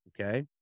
Okay